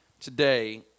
today